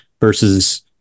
versus